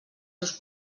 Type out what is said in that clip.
seus